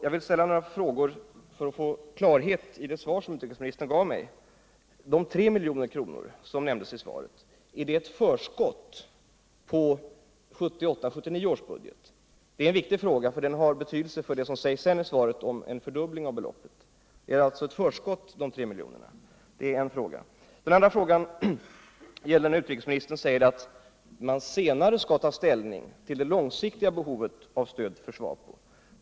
Jag vill ställa några frågor för att få klarhet i det svar som utrikesministern givit mig. De 3 miljoner som nämndes Ii svaret, är det ett förskott på 1978/79 års budget? Det är en viktig fråga, för den har betydelse för vad som sägs senare i svaret om en fördubbling av beloppet. Den andra frågan gäller utrikesministerns uttalande att regeringen senare skall ta ställning till det långsiktiga behovet av stöd för SWAPO.